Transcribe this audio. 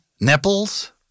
Nipples